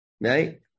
Right